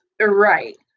right